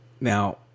now